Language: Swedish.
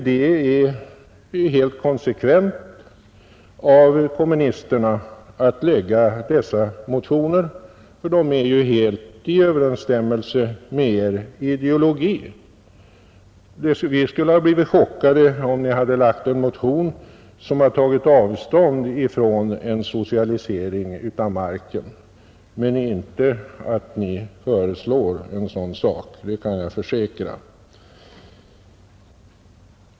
Det är helt konsekvent av kommunisterna att lägga fram dessa motioner — som är helt i överensstämmelse med er ideologi. Vi skulle ha blivit chockade om ni hade väckt en motion som hade tagit avstånd från en socialisering av marken, men vi blir det inte av att ni föreslår en sådan sak — det kan jag försäkra!